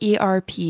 ERP